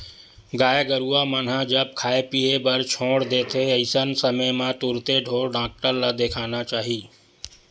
गाय गरुवा मन ह जब खाय पीए बर छोड़ देथे अइसन समे म तुरते ढ़ोर डॉक्टर ल देखाना चाही